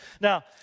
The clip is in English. Now